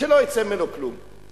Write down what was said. שלא יצא ממנו כלום.